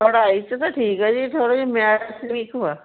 ਪੜ੍ਹਾਈ 'ਚ ਤਾਂ ਠੀਕ ਹੈ ਜੀ ਥੋੜ੍ਹਾ ਜਿਹਾ ਮੈਥ 'ਚ ਵੀਕ ਹੈ